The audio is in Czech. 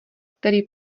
který